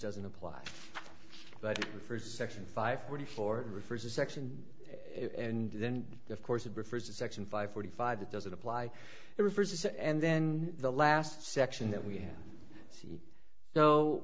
doesn't apply but the first section five forty four refers to section and then of course it refers to section five forty five that doesn't apply it refers to and then the last section that we